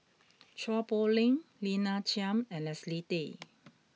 Chua Poh Leng Lina Chiam and Leslie Tay